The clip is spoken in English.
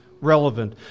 relevant